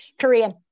Korean